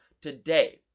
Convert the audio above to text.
today